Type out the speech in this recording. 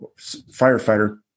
firefighter